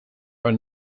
are